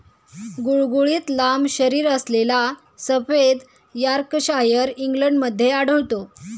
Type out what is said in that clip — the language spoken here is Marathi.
गुळगुळीत लांब शरीरअसलेला सफेद यॉर्कशायर इंग्लंडमध्ये आढळतो